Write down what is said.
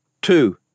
Two